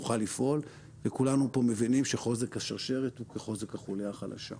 תוכל לפעול וכולנו פה מבינים שחוזק השרשרת הוא כחוזק החוליה החלשה.